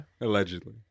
allegedly